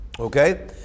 okay